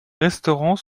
restaurants